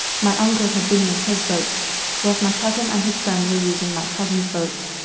my uncle had been in his boat whilst my cousin and his friend were using my cousin's boat.